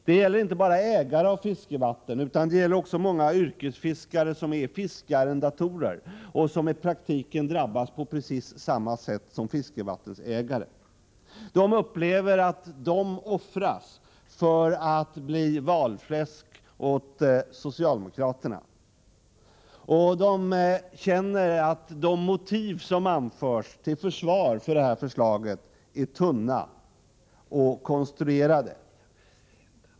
Det gäller inte bara ägare av fiskevatten, utan också många yrkesfiskare som är fiskearrendatorer och som i praktiken drabbas på precis samma sätt som fiskevattensägare. De upplever att de offras för att bli valfläsk åt socialdemokraterna. De känner att de motiv som anförs till försvar för detta förslag är tunna och konstruerade.